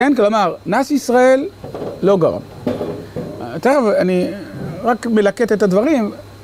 כן, כלומר, נס ישראל לא גרם. כן? ואני... רק מלקט את הדברים.